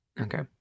Okay